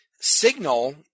signal